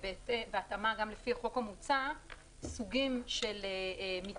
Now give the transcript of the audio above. ובהתאמה גם לפי החוק המוצע יש סוגים של מתקני